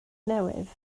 newydd